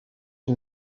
une